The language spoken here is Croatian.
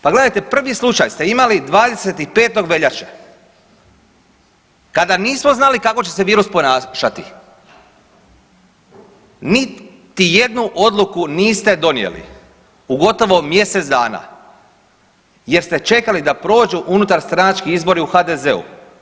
Pa gledajte, prvi slučaj ste imali 25. veljače kada nismo znali kako će se virus ponašati, niti jednu odluku niste donijeli u gotovo mjesec dana jer ste čekali da prođu unutarstranački izbori u HDZ-u.